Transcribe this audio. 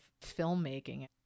filmmaking